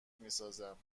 میسازم